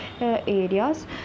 areas